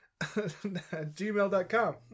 Gmail.com